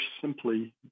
simply